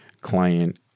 client